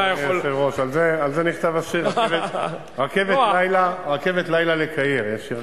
על זה נכתב השיר "רכבת לילה לקהיר".